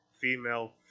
female